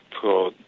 pro